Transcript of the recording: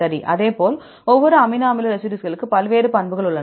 சரி அதேபோல் ஒவ்வொரு அமினோ அமில ரெசிடியூஸ்களுக்கும் பல்வேறு பண்புகள் உள்ளன